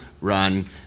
run